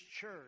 church